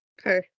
Okay